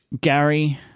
Gary